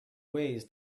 ways